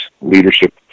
leadership